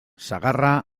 sagarra